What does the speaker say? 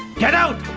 get out!